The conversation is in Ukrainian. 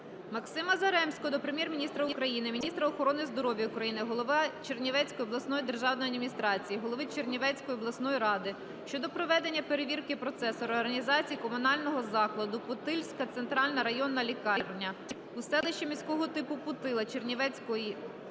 Максима Заремського до Прем'єр-міністра України, міністра охорони здоров'я України, голови Чернівецької обласної державної адміністрації, голови Чернівецької обласної ради щодо проведення перевірки процесу реорганізації комунального закладу "Путильська центральна районна лікарня" у селищі міського типу Путила Чернівецької області та